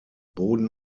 boden